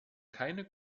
keine